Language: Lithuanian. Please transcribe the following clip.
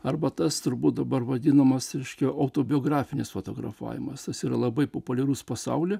arba tas turbūt dabar vadinamas reiškia autobiografinis fotografavimas yra labai populiarus pasauly